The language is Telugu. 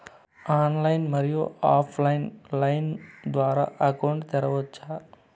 ఆన్లైన్, మరియు ఆఫ్ లైను లైన్ ద్వారా అకౌంట్ తెరవచ్చా?